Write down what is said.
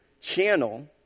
channel